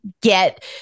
get